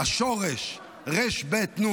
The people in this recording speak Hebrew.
השורש רב"ן,